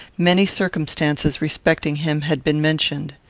many circumstances respecting him had been mentioned.